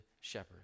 shepherd